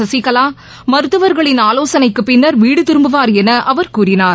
சசிகலா மருத்துவர்களின் ஆலோசனைக்குப் பின்னர் வீடு திரும்புவார் என அவர் கூறினார்